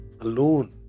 alone